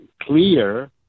clear